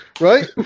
right